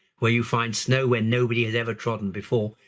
where you find snow when nobody has ever trodden before,